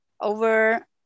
over